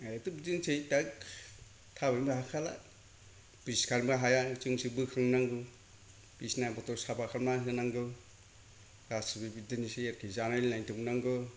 आइयाथ' बिदिनोसै दा थाबायनोबो हाखाला बे सिखारनोबो हाया जोंसो बोखांनांगौ बिसिनाफोरखौ साफा खालामनानै होनांगौ गासिबो बिदिनोसै एक्के जानाय लोंनाय दौनांगौ